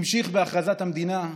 המשיך בהכרזת המדינה.